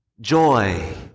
joy